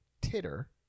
Titter